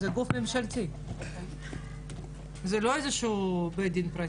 זה גוף ממשלתי, זה לא איזה שהוא בית דין פרטי.